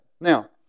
Now